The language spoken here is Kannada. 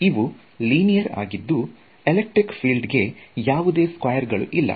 ಇವು ಲೀನಿಯರ್ ಆಗಿದ್ದು ಎಲೆಕ್ಟ್ರಿಕ್ ಫೀಲ್ಡ್ ಗೆ ಯಾವುದೇ ಸ್ಕ್ವಯರ್ ಗಳು ಇಲ್ಲ